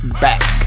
back